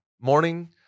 morning